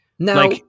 Now